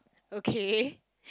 okay